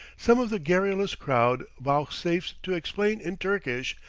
some of the garrulous crowd vouchsafe to explain in turkish,